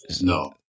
No